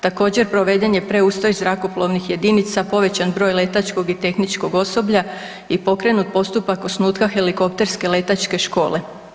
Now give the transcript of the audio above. Također proveden je preustroj zrakoplovnih jedinica, povećan broj letačkog i tehničkog osoblja i pokrenut postupak osnutka helikopterske letačke škole.